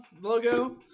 logo